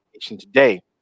today